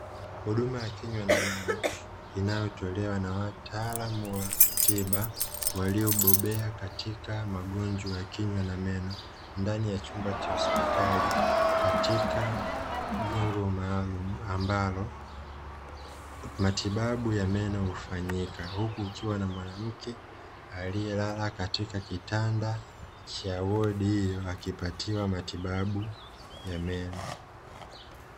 Huduma ya kinywa na meno inayotolewa na wataalam wa tiba waliobobea katika magonjwa ya kinywa na meno. Ndani ya chumba cha hospitali katika jengo maalum, ambalo matibabu ya meno hufanyika. Huku kukiwa na mwanamke aliyelala katika kitanda cha wodi hiyo akipatiwa matibabu ya meno.